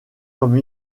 comme